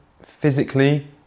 Physically